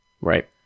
Right